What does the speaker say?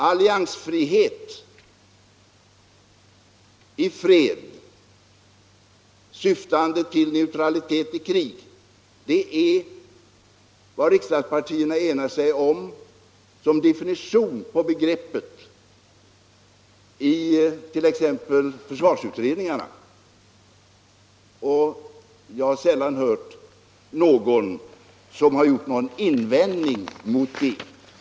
Alliansfrihet syftande till neutralitet i krig — det är vad riksdagspartierna har enat sig om som definition på begreppet it.ex. försvarsutredningarna. Och jag har sällan hört någon invändning mot det.